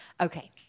Okay